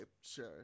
sure